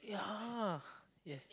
yeah yes